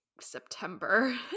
September